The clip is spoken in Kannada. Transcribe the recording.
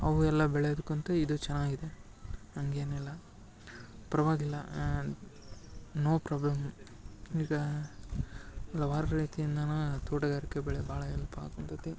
ಅವು ಎಲ್ಲ ಬೆಳೆದುಕಂತೆ ಇದು ಚೆನ್ನಾಗಿದೆ ಹಂಗೇನು ಇಲ್ಲ ಪರವಾಗಿಲ್ಲ ನೋ ಪ್ರಾಬ್ಲಮ್ ಈಗ ಹಲವಾರು ರೀತಿಯಿಂದನೂ ತೋಟಗಾರಿಕೆ ಬೆಳೆ ಭಾಳ ಎಲ್ಪ್ ಆಗ್ತೈತಿ